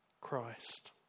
Christ